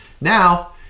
Now